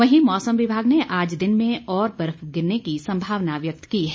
वहीं मौसम विभाग ने आज दिन में और बर्फ गिरने की संभावना व्यक्त की है